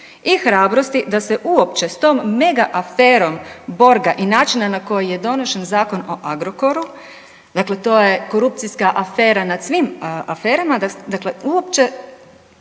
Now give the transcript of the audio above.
i hrabrosti da se uopće s tom mega-aferom Borga i načina na koji je donošen zakon o Agrokoru, dakle to je korupcijska afera nad svima aferama, dakle, uopće